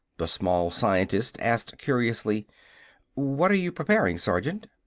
the small scientist asked curiously what are you preparing, sergeant?